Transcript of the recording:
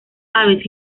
aves